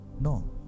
No